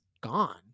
gone